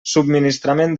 subministrament